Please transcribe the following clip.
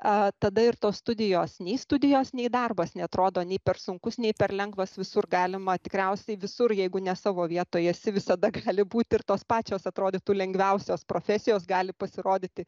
tada ir tos studijos nei studijos nei darbas neatrodo nei per sunkus nei per lengvas visur galima tikriausiai visur jeigu ne savo vietoj esi visada gali būt ir tos pačios atrodytų lengviausios profesijos gali pasirodyti